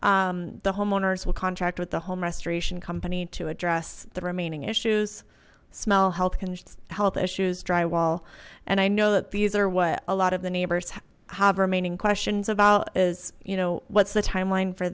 eliminated the homeowners will contract with the home restoration company to address the remaining issues smell health can help issues drywall and i know that these are what a lot of the neighbors have remaining questions about is you know what's the timeline for